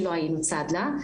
שלא היינו צד לה.